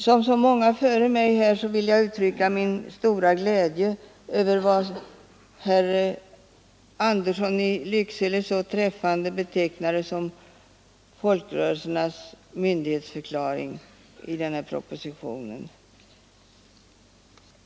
Som så många före mig här vill jag uttrycka min stora glädje över vad herr Andersson i Lycksele så träffande betecknade som folkrörelsernas myndighetsförklaring i denna proposition.